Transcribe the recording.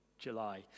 july